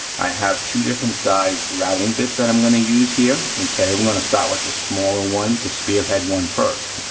i have two different size routing bits that i'm gonna use here, okay? we're gonna start with the smaller one, the spearhead one first.